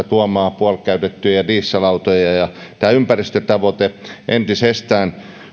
tuomaan puolikäytettyjä dieselautoja tämä ympäristötavoite entisestään